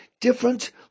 different